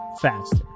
faster